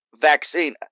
vaccine